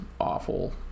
awful